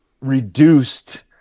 reduced